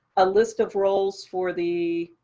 a list of roles for the.